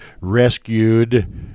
rescued